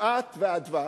יפעת ואדוה,